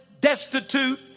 destitute